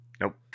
Nope